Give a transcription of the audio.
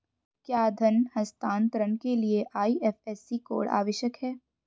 क्या धन हस्तांतरण के लिए आई.एफ.एस.सी कोड आवश्यक है?